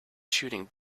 shooting